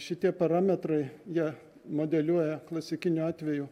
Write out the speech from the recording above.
šitie parametrai ją modeliuoja klasikiniu atveju